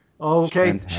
okay